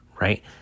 right